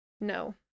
No